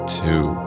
two